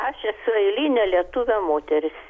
aš esu eilinė lietuvė moteris